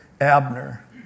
Abner